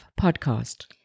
podcast